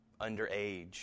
underage